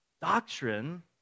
Doctrine